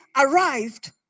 arrived